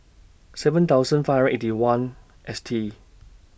seven thousand five hundred and Eighty One S T